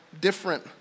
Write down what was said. different